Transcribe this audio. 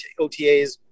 OTAs